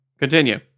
Continue